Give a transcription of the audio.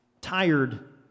Tired